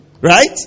right